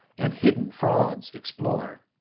and hidden frauds explore.